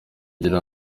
ugira